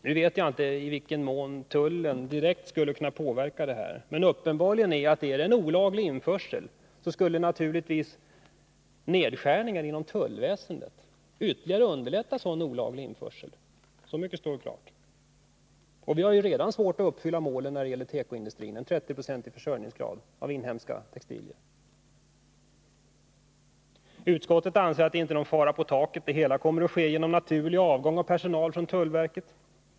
Nu vet jag inte i vilken mån tullen direkt skulle kunna påverka det här, men uppenbart är att om det finns en olaglig införsel, så skulle naturligtvis nedskärningen inom tullväsendet ytterligare underlätta sådan olaglig införsel — så mycket står klart. Och vi har ju redan svårt att uppfylla målet om en 30-procentig självförsörjningsgrad av inhemska textilier. Utskottet anser att det inte är någon fara på taket, utan att det kommer att ordna sig genom naturlig avgång av personal från tullverket.